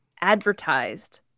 advertised